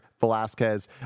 Velasquez